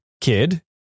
Kid